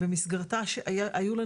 תהיו זהירים.